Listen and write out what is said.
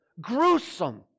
gruesome